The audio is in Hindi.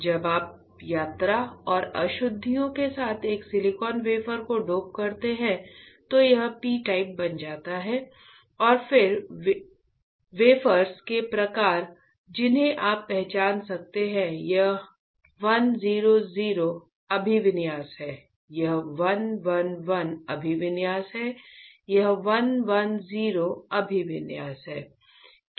जब आप यात्रा और अशुद्धियों के साथ एक सिलिकॉन वेफर को डोप करते हैं तो यह पी टाइप बन जाता है और फिर वेफर्स के प्रकार जिन्हें आप पहचान सकते हैं यह 1 0 0 अभिविन्यास है यह 1 1 1 अभिविन्यास है यह 1 1 0 अभिविन्यास है